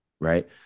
Right